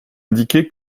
indiqué